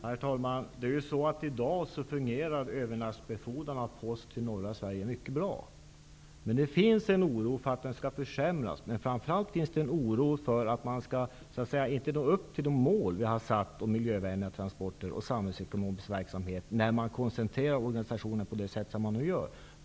Herr talman! I dag fungerar övernattsbefordran av post till norra Sverige mycket bra. Det finns en oro för att den skall försämras. Men det finns framför allt en oro för att man inte skall nå de mål vi har satt upp för miljövänliga transporter och samhällsekonomisk verksamhet, när man koncentrerar organisationen så som man nu gör.